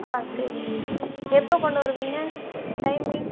ஆ சரிங்க எப்போது கொண்டு வருவீங்க டைமிங்